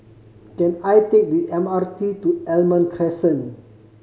can I take the M R T to Almond Crescent